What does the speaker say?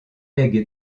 lègue